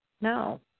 no